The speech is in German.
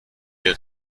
ihr